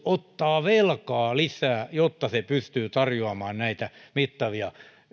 ottaa velkaa lisää jotta se pystyy tarjoamaan näitä mittavia